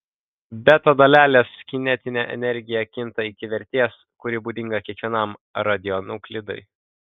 beta dalelės kinetinė energija kinta iki vertės kuri būdinga kiekvienam radionuklidui